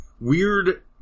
weird